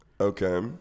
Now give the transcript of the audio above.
Okay